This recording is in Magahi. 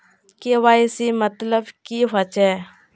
के.वाई.सी मतलब की होचए?